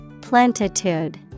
Plentitude